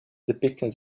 depicting